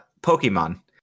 Pokemon